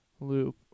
loop